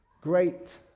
Great